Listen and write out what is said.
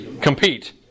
Compete